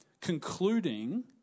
concluding